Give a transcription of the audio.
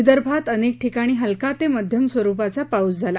विदर्भात अनेक ठिकाणी हलका ते मध्यम स्वरुपाचा पाऊस झाला